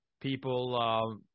people